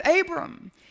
Abram